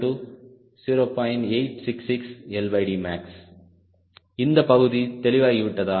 866max இந்த பகுதி தெளிவாகிவிட்டதா